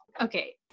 Okay